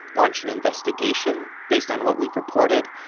launch an investigation based on what we've reported.